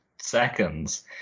seconds